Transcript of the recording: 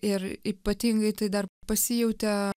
ir ypatingai tai dar pasijautė